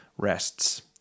rests